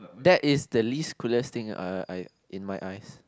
that is the least coolest thing I I I in my eyes